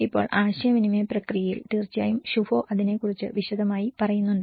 ഇപ്പോൾ ആശയവിനിമയ പ്രക്രിയയിൽ തീർച്ചയായും ശുഭോ അതിനെക്കുറിച്ച് വിശദമായി പറയുന്നുണ്ട്